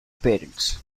parents